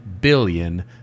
billion